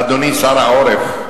אדוני שר העורף,